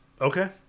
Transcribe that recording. Okay